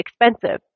expensive